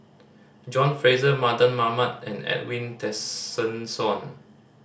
John Fraser Mardan Mamat and Edwin Tessensohn